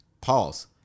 Pause